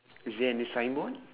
is there any signboard